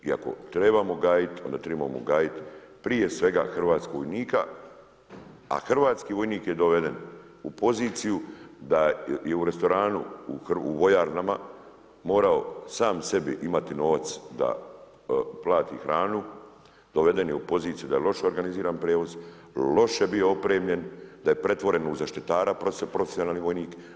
I ako trebamo gajiti, onda tribamo gajiti prije svega hrvatskog vojnika, a hrvatski vojnik je doveden u poziciju da je u restoranu, u vojarnama morao sam sebi imati novac da plati hranu, doveden je u poziciju da je loše organiziran prijevoz, loše je bio opremljen, da je pretvoren u zaštitara profesionalni vojnik.